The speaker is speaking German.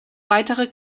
weitere